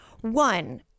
one